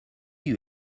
you